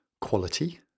quality